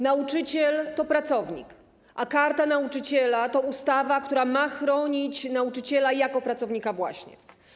Nauczyciel to pracownik, a Karta Nauczyciela to ustawa, która ma chronić nauczyciela jako pracownika właśnie.